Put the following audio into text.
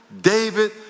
David